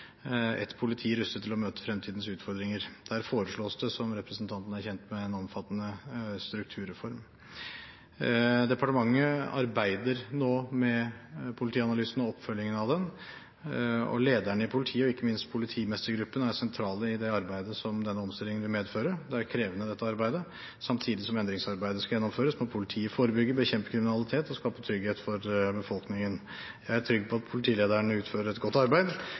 politi – rustet til å møte fremtidens utfordringer. Der foreslås det, som representanten er kjent med, en omfattende strukturreform. Departementet arbeider nå med politianalysen og oppfølgingen av den, og lederne i politiet og ikke minst politimestergruppen er sentrale i det arbeidet som denne omstillingen vil medføre. Det er krevende, dette arbeidet. Samtidig som endringsarbeidet skal gjennomføres, må politiet forebygge og bekjempe kriminalitet og skape trygghet for befolkningen. Jeg er trygg på at politilederne utfører et godt arbeid.